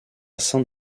saint